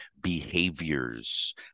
behaviors